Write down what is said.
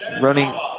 running